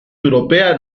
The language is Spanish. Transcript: europea